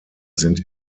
sind